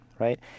right